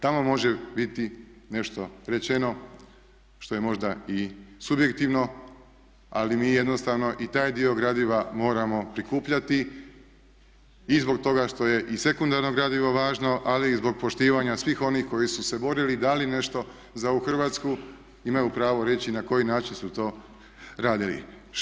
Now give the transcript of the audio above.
Tamo može biti nešto rečeno što je možda i subjektivno ali mi jednostavno i taj dio gradiva moramo prikupljati i zbog toga što je i sekundarno gradivo važno ali i zbog poštivanja svih onih koji su se borili i dali nešto za ovu Hrvatsku imaju pravo reći na koji način su to radili.